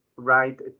right